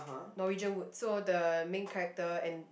Norwegian Wood so the main character and